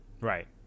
Right